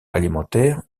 alimentaire